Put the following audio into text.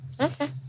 Okay